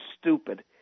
stupid